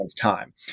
time